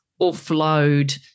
offload